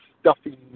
stuffy